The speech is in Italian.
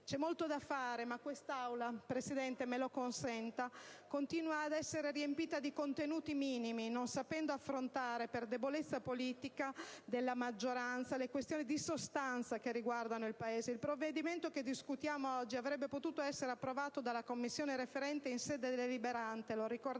C'è molto lavoro da fare, ma quest'Aula, signora Presidente, me lo consenta, continua ad essere riempita di contenuti minimi, non sapendo affrontare, per debolezza politica della maggioranza, le questioni di sostanza che riguardano il Paese. Il provvedimento che discutiamo oggi avrebbe potuto essere approvato dalla Commissione referente in sede deliberante,